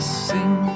sing